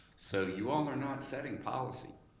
so you all are not setting policy.